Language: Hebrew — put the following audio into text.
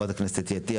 חברת הכנסת עטייה,